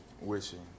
wishing